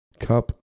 Cup